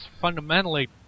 fundamentally